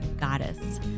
goddess